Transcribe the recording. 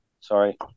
Sorry